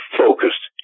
focused